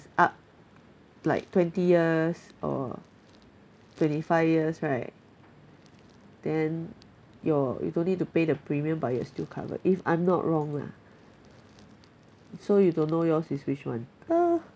up like twenty years or twenty five years right then your you don't need to pay the premium but you're still covered if I'm not wrong lah so you don't know yours is which one